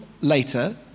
later